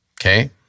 okay